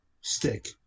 stick